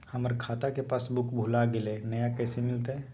हमर खाता के पासबुक भुला गेलई, नया कैसे मिलतई?